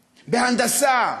בהנדסה,